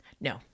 No